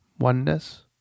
oneness